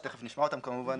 שתיכף נשמע אותם כמובן,